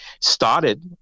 started